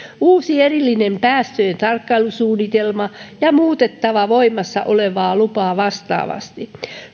uusi erillinen päästöjen tarkkailusuunnitelma ja muutettava voimassa olevaa lupaa vastaavasti